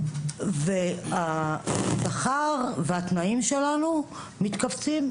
והשכר והתנאים שלנו מתכווצים,